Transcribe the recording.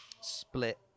split